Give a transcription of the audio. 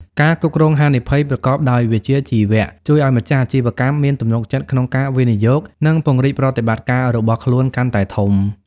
ការគ្រប់គ្រងហានិភ័យប្រកបដោយវិជ្ជាជីវៈ ជួយឱ្យម្ចាស់អាជីវកម្មមានទំនុកចិត្តក្នុងការវិនិយោគ និងពង្រីកប្រតិបត្តិការរបស់ខ្លួនកាន់តែធំ។